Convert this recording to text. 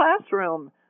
classroom